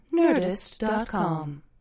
nerdist.com